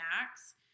Max